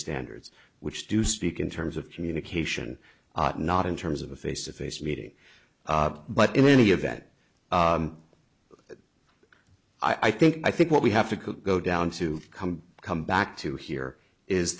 standards which do speak in terms of communication not in terms of a face to face meeting but in any event i think i think what we have to go down to come come back to here is